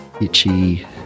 Itchy